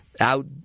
Out